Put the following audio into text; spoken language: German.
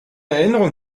erinnerung